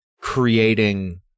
creating